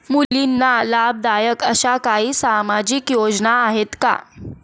मुलींना लाभदायक अशा काही सामाजिक योजना आहेत का?